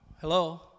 Hello